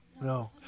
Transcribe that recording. No